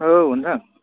औ नोंथां